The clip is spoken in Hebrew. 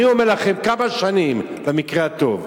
אני אומר לכם, כמה שנים, במקרה הטוב.